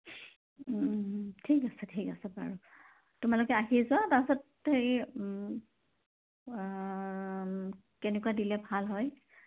ঠিক আছে ঠিক আছে বাৰু তোমালোকে আহি যোৱা তাৰপাছত হেৰি কেনেকুৱা দিলে ভাল হয়